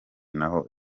naho